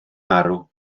arw